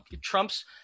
Trump's –